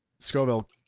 scoville